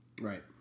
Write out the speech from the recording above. Right